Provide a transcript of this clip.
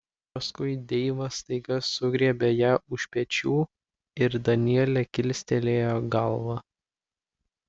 paskui deivas staiga sugriebė ją už pečių ir danielė kilstelėjo galvą